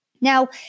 Now